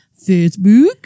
Facebook